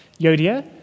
Yodia